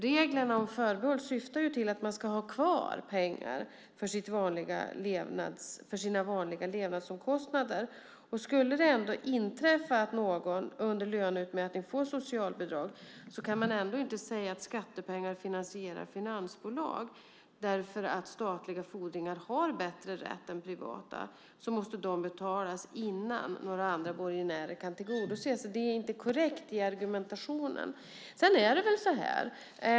Reglerna om förbehåll syftar till att man ska ha kvar pengar för sina vanliga levnadsomkostnader. Skulle det inträffa att någon under löneutmätning får socialbidrag kan man ändå inte säga att skattepengar finansierar finansbolag. Eftersom statliga fordringar har bättre rätt än privata så måste de betalas innan några andra borgenärer kan tillgodoses. Det är inte korrekt i argumentationen.